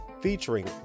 featuring